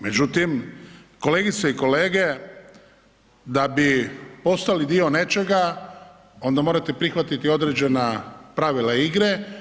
Međutim, kolegice i kolege da bi postali dio nečega onda morate prihvatiti određena pravila igre.